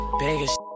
biggest